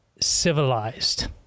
civilized